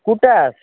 कुठे आहेसं